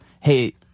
Hey